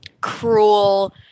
cruel